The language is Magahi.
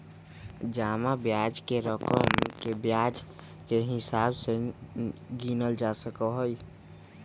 जमा ब्याज के रकम के ब्याज के हिसाब से गिनल जा सका हई